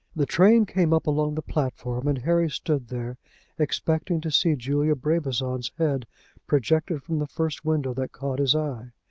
the train came up along the platform, and harry stood there expecting to see julia brabazon's head projected from the first window that caught his eye.